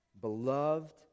beloved